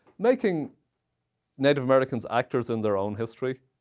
making native americans actors in their own history